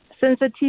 sensitive